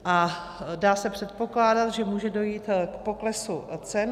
A dá se předpokládat, že může dojít k poklesu cen.